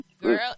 Girl